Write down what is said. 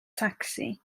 tacsi